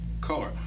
color